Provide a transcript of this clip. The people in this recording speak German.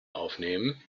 aufnehmen